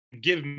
give